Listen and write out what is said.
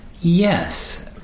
Yes